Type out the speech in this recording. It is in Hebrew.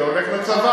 זה הולך לצבא,